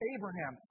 Abraham